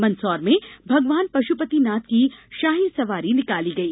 मंदसौर में भगवान पशुपतिनाथ की शाही सवारी निकाली गई